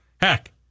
heck